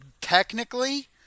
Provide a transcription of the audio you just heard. Technically